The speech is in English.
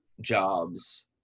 jobs